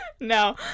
No